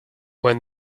when